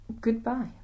Goodbye